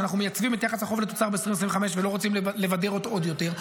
שאנחנו מייצבים את יחס החוב לתוצר ב-2025 ולא רוצים לבדר אותו עוד יותר.